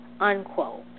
unquote